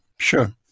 Sure